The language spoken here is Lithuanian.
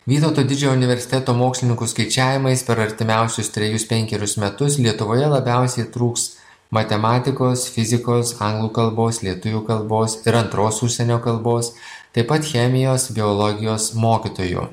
vytauto didžiojo universiteto mokslininkų skaičiavimais per artimiausius trejus penkerius metus lietuvoje labiausiai trūks matematikos fizikos anglų kalbos lietuvių kalbos ir antros užsienio kalbos taip pat chemijos biologijos mokytojų